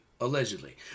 allegedly